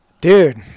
dude